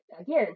again